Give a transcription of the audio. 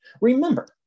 remember